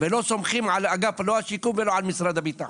ולא סומכים לא על אגף השיקום ולא על משרד הביטחון.